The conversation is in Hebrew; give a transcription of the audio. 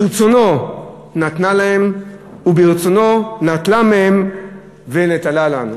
ברצונו נתנה להם וברצונו נטלה מהם ונתנה לנו.